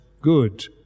good